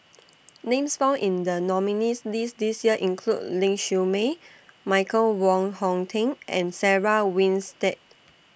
Names found in The nominees'list This Year include Ling Siew May Michael Wong Hong Teng and Sarah Winstedt